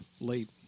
late